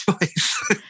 choice